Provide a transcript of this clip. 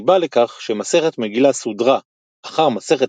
הסיבה לכך שמסכת מגילה סודרה אחר מסכת